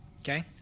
Okay